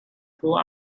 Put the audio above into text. two